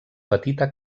petita